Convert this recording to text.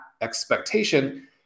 expectation